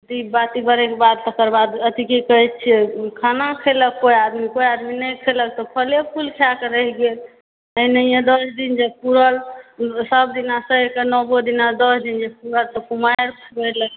तकर बाद की कहै छियै खाना खेलक कोई आदमी कोई आदमी नहि खेलक तऽ फले फुल खा कऽ रहि गेल एनाहिए जे दश दिन पुरल सब दिना सहिके नओ दिन दश दिन जब पुरत तऽ कुमारि खुयलक